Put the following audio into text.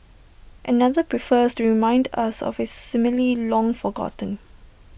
another prefers to remind us of A simile long forgotten